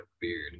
Beard